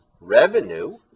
revenue